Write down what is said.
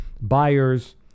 buyers